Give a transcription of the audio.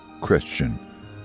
Christian